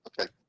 okay